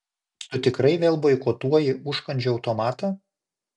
tu tikrai vėl boikotuoji užkandžių automatą